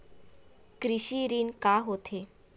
कृषि ऋण का होथे?